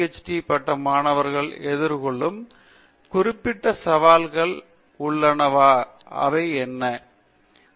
S மற்றும் PhD பட்ட மாணவர்கள் எதிர்கொள்ளும் குறிப்பிடத்தக்க சவால்கள் உள்ளன என்று பார்க்கிறீர்கள்